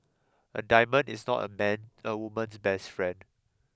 a diamond is not a man a woman's best friend